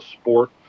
sport